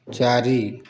ଚାରି